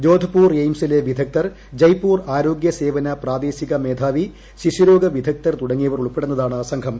ജോധ്പൂർ എയിംസിലെ വിദഗ്ധർ ജയ്പൂർ ആരോഗ്യസേവന പ്രാദേശിക മേധാവി ശിശുരോഗ വിദഗ്ധർ തുടങ്ങിയവർ ഉൾപ്പെടുന്നതാണ് സംഘം